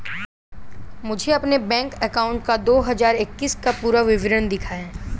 मुझे अपने bank account का दो हज़ार इक्कीस का पूरा विवरण दिखाएँ?